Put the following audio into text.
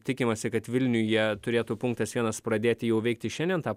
tikimasi kad vilniuje turėtų punktas vienas pradėti jau veikti šiandien tą